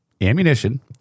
ammunition